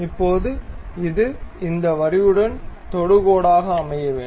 இப்போது இது இந்த வரியுடன் தொடுகோடாக அமைய வேண்டும்